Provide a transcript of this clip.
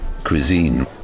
Cuisine